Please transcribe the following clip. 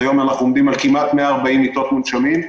היום אנחנו עומדים על כמעט 140 מיטות מונשמים,